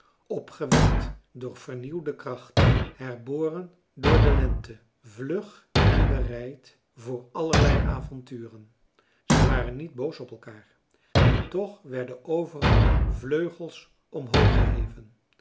opgewekt door vernieuwde kracht herboren door de lente vlug en bereid voor allerlei avonturen ze waren niet boos op elkaar en toch werden overal vleugels omhoog geheven